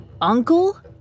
Uncle